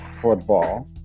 football